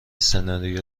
سناریو